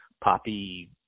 poppy